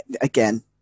again